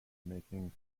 making